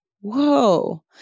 Whoa